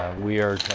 we are